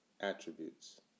attributes